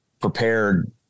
prepared